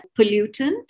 pollutant